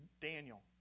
Daniel